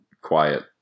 quiet